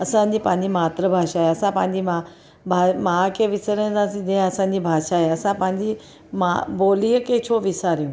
असांजी पंहिंजी मातृभाषा आहे असां पांहिंजी माउ माउ माउ खे विसरंदासीं जीअं असांजी भाषा आहे असां पांहिंजी माउ बोलीअ खे छो विसारियूं